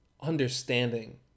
understanding